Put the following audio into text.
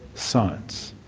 science.